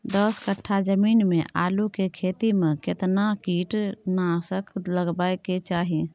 दस कट्ठा जमीन में आलू के खेती म केतना कीट नासक लगबै के चाही?